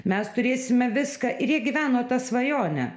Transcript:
mes turėsime viską ir jie gyveno ta svajone